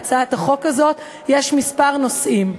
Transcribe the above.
להצעת החוק הזאת יש כמה נושאים,